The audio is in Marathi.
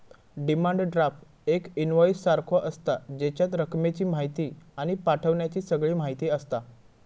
डिमांड ड्राफ्ट एक इन्वोईस सारखो आसता, जेच्यात रकमेची म्हायती आणि पाठवण्याची सगळी म्हायती आसता